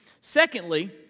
Secondly